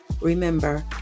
remember